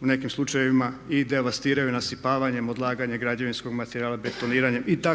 nekim slučajevima i devastiraju nasipavanjem, odlaganjem građevinskog materijala, betoniranjem itd.,